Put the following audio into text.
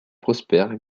prospère